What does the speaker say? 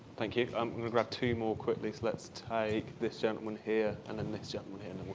thank you. i'm gonna grab two more quickly. so, let's take this gentlemen here and then this gentlemen here,